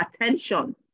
attention